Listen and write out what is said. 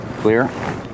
Clear